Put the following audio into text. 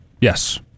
Yes